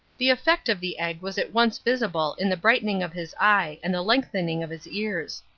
the effect of the egg was at once visible in the brightening of his eye and the lengthening of his ears.